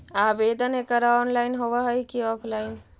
आवेदन एकड़ ऑनलाइन होव हइ की ऑफलाइन?